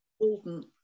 important